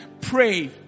Pray